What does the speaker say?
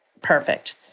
perfect